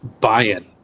buy-in